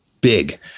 big